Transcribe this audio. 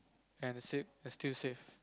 and still and still save